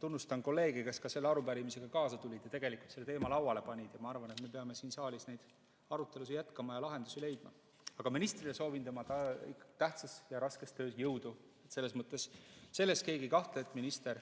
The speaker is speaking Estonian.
tunnustan kolleege, kes selle arupärimisega kaasa tulid ja selle teema lauale panid. Ma arvan, et me peame siin saalis neid arutelusid jätkama ja lahendusi leidma. Ministrile soovin tema tähtsas ja raskes töös jõudu. Selles keegi ei kahtle, et minister